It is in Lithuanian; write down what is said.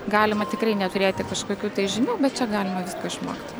galima tikrai neturėti kažkokių tai žinių bet čia galima visko išmokt